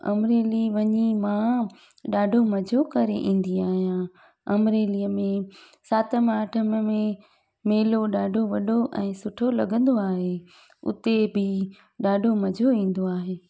अमरेली वञी मां ॾाढो मज़ो करे ईंदी आहियां अमरेलीअ में सातम आठममि में मेलो ॾाढो वॾो ऐं सुठो लॻंदो आहे हुते बि ॾाढो मज़ो ईंदो आहे